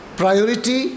priority